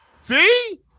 See